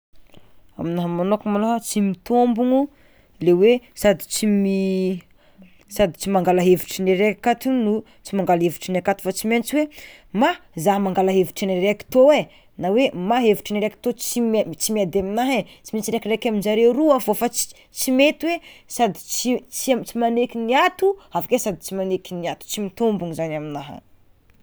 Aminaha magnokana malôha tsy mitombiny le hoe sady tsy mi- sady tsy mangala hevitrin'ny araika akato no tsy mangala hevitrin'ny akato, fa tsy maintsy hoe mah zah mangala hevitry ny araiky tô e na hoe mzah hevitrin'ny araiky tô tsy miady aminah e, tsy maintsy raikiraiky aminjare roa fô fa ts- tsy mety sady tsy tsy am- tsy magneky ny ato avakeo sady tsy magneky ny ato, tsy mitombiny zany aminaha.